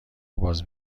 باز